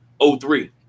03